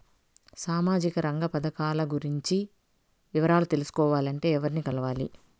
సామాజిక రంగ పథకాలు గురించి వివరాలు తెలుసుకోవాలంటే ఎవర్ని కలవాలి?